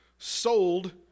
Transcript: sold